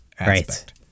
Right